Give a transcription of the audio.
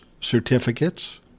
certificates